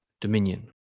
Dominion